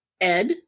Ed